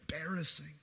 embarrassing